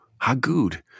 Hagood